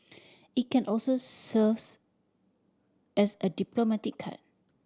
it can also serves as a diplomatic card